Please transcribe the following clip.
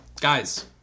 Guys